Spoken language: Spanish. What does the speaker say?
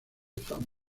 fama